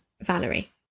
Valerie